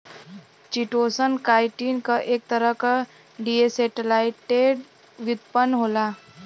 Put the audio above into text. chitosan, chitin क एक तरह क डीएसेटाइलेटेड व्युत्पन्न होला